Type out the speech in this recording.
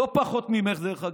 לא פחות ממך, דרך אגב,